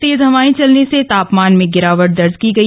तेज हवाए चलने से तापमान में गिरावट दर्ज की गई